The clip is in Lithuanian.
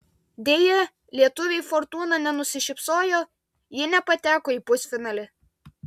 deja lietuvei fortūna nenusišypsojo ji nepateko į pusfinalį